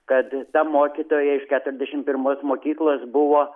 kad ta mokytoja iš keturiasdešim pirmos mokyklos buvo